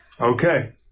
Okay